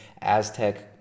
Aztec